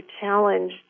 challenge